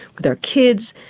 with our kids,